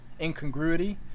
incongruity